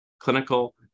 clinical